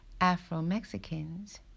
Afro-Mexicans